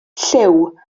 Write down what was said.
llyw